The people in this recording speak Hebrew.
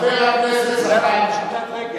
חבר הכנסת זחאלקה,